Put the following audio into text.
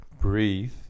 breathe